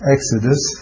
Exodus